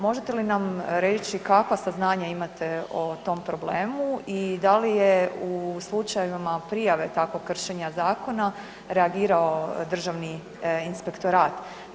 Možete li nam reći kakva saznanja imate o tom problemu i da li je u slučajevima prijave takvog kršenja zakona reagirao Državni inspektorat?